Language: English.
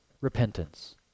repentance